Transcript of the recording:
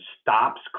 stops